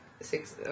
Six